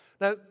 Now